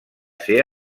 ser